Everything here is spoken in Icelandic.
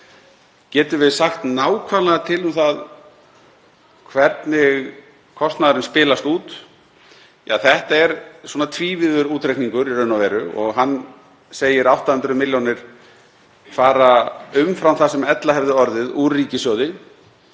Getum við sagt nákvæmlega til um það hvernig kostnaðurinn spilast út? Ja, þetta er svona tvívíður útreikningur í raun og veru og hann segir: 800 milljónir fara umfram það sem ella hefði orðið úr ríkissjóði.